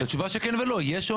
תשובה של כן ולא.